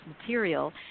material